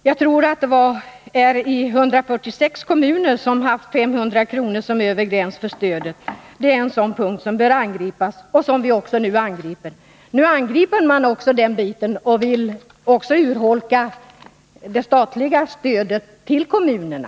Jag tror att det är 146 kommuner som haft 500 kr. som övre gräns för stödet. Det är en sådan punkt som bör angripas och som vi nu också angriper.” Nu angriper man också den biten och vill också urholka det statliga stödet till kommunerna.